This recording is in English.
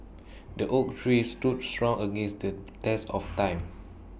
the oak tree stood strong against the test of time